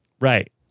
Right